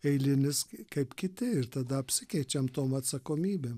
eilinis kai kaip kiti ir tada apsikeičiam tom atsakomybėm